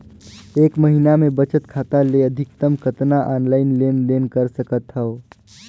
एक महीना मे बचत खाता ले अधिकतम कतना ऑनलाइन लेन देन कर सकत हव?